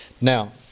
Now